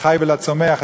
לחי ולצומח,